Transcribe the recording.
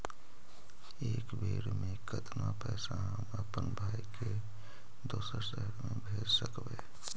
एक बेर मे कतना पैसा हम अपन भाइ के दोसर शहर मे भेज सकबै?